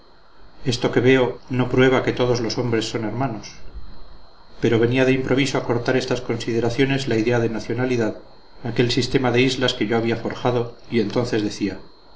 esto que veo no prueba que todos los hombres son hermanos pero venía de improviso a cortar estas consideraciones la idea de nacionalidad aquel sistema de islas que yo había forjado y entonces decía